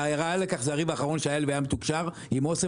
והראיה לכך זה הריב האחרון והיה מתוקשר עם אסם,